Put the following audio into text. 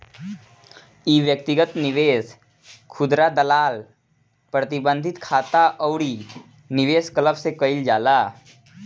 इ व्यक्तिगत निवेश, खुदरा दलाल, प्रतिबंधित खाता अउरी निवेश क्लब से कईल जाला